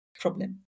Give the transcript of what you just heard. problem